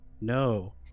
No